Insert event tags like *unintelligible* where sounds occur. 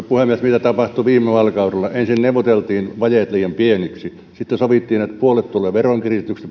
*unintelligible* puhemies mitä tapahtui viime vaalikaudella ensin neuvoteltiin vajeet liian pieniksi ja sitten sovittiin että puolet tulee veronkiristyksistä ja